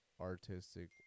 artistic